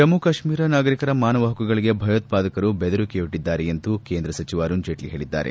ಜಮ್ಮು ಕಾಶ್ಮೀರ ನಾಗರಿಕರ ಮಾನವ ಹಕ್ಕುಗಳಿಗೆ ಭಯೋತ್ಪಾದಕರು ಬೆದರಿಕೆಯೊಡ್ಡಿದ್ದಾರೆ ಎಂದು ಕೇಂದ್ರ ಸಚಿವ ಅರುಣ್ ಜೇಟ್ಲಿ ಹೇಳದ್ದಾರೆ